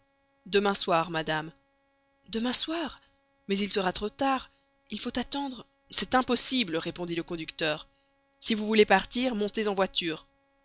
demain soir madame demain soir mais il sera trop tard il faut attendre c'est impossible répondit le conducteur si vous voulez partir montez en voiture